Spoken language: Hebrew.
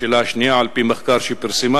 השאלה השנייה: על-פי מחקר שפרסמה